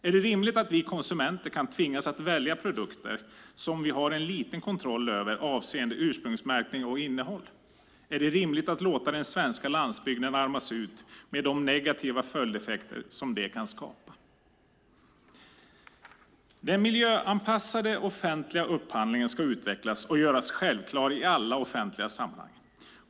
Är det rimligt att vi konsumenter kan tvingas att välja produkter som vi har en liten kontroll över avseende ursprungsmärkning och innehåll? Är det rimligt att låta den svenska landsbygden armas ut med de negativa följdeffekter som det kan skapa? Den miljöanpassade offentliga upphandlingen ska utvecklas och göras självklar i alla offentliga sammanhang.